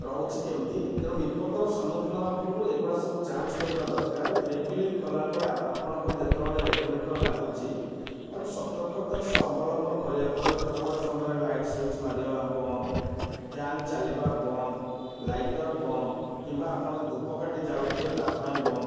ରହୁଛି କେମିତି ତେଣୁ ବିପଦର ସମ୍ମୁଖୀନ ହେବା ପୂର୍ବରୁ ଏଗୁଡ଼ା ସବୁ ଯାଞ୍ଚ୍ କରିବା ଦରକାର ରିଫିଲିଂ କଲାବେଳେ ଆପଣଙ୍କର ଯେତେବେଳେ ରେଗୁଲେଟର୍ ଲାଗୁଛି ତା'କୁ ସତର୍କତାର ସହ ଅବଲମ୍ବନ କରିବାକୁ ପଡ଼େ ସେତେବେଳେ ସମୟରେ ଲାଇଟ୍ ସୁଇଚ୍ ମାରିବା ବନ୍ଦ ଫ୍ୟାନ୍ ଚାଲିବା ବନ୍ଦ ଲାଇଟର୍ ବନ୍ଦ କିମ୍ବା ଆପଣ ଯଦି ଧୂପକାଠି ଜାଳୁଥିବେ ତା ପାଇଁ ବନ୍ଦ